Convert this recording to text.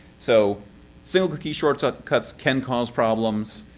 so single key shortcuts can cause problems.